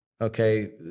okay